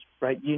right